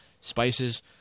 spices